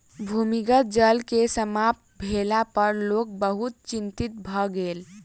भूमिगत जल के समाप्त भेला पर लोक बहुत चिंतित भ गेल